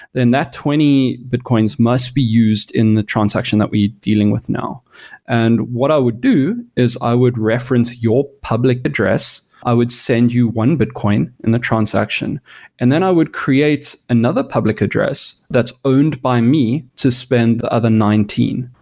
then that twenty bitcoins must be used in the transaction that we're dealing with now and what i would do is i would reference your public address. i would send you one bitcoin in the transaction and then i would create another public address that's owned by me to spend other nineteen.